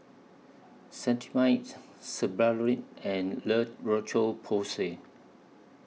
Cetrimide Sebamed and La Roche Porsay